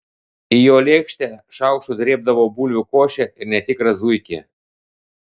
į jo lėkštę šaukštu drėbdavau bulvių košę ir netikrą zuikį